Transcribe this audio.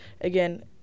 again